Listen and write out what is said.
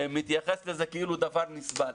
מתייחס לזה כאילו דבר נסבל.